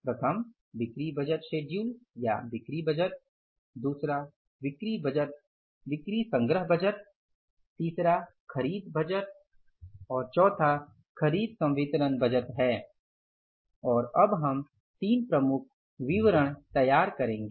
प्रथम बिक्री budget schedule या बिक्री बजट दूसरा बिक्री संग्रह बजट तीसरा खरीद बजट और चौथा खरीद संवितरण बजट है और अब हम तीन प्रमुख विवरण तैयार करेंगे